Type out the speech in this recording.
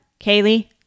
Kaylee